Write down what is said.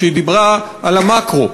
כשהיא דיברה על המקרו.